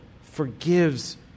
forgives